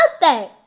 birthday